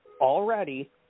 already